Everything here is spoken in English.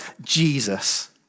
Jesus